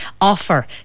offer